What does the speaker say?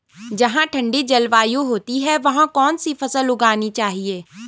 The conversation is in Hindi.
जहाँ ठंडी जलवायु होती है वहाँ कौन सी फसल उगानी चाहिये?